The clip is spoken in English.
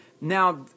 Now